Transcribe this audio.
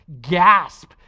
gasp